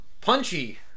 Punchy